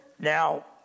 Now